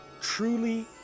truly